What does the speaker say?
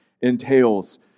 entails